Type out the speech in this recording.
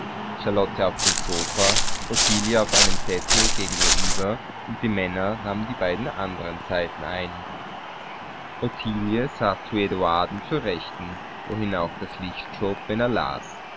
ottilie auf einem sessel gegen ihr über und die männer nahmen die beiden andern seiten ein ottilie saß zu eduarden zur rechten wohin er auch das licht schob wenn er las